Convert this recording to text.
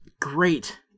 great